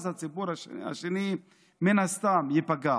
אז הציבור השני מן הסתם ייפגע.